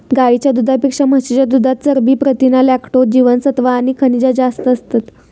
गाईच्या दुधापेक्षा म्हशीच्या दुधात चरबी, प्रथीना, लॅक्टोज, जीवनसत्त्वा आणि खनिजा जास्त असतत